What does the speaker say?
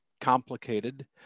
complicated